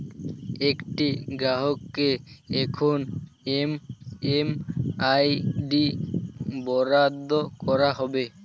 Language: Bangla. একটি গ্রাহককে কখন এম.এম.আই.ডি বরাদ্দ করা হবে?